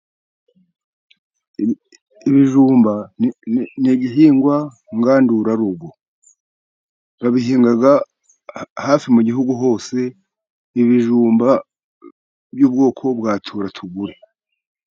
Ibijumba ni igihingwa ngandurarugo, babihinga hafi mu gihugu hose, ibijumba by'ubwoko bwa tura tugure.